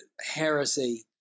heresy